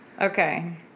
Okay